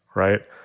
right?